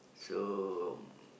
so